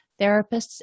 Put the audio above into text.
therapists